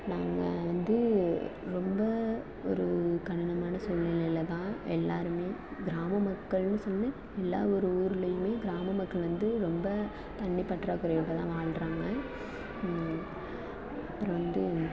நாங்கள் வந்து ரொம்ப ஒரு கடினமான சூழ்நிலையில் தான் எல்லாரும் கிராம மக்கள்னு சொல்லலை எல்லா ஊர் ஊர்லையுமே கிராம மக்கள் வந்து ரொம்ப தண்ணி பற்றாக்குறையோடு தான் வாழ்கிறாங்க அப்புறோம் வந்து